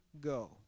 go